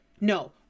no